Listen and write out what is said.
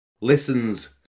Listens